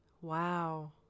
Wow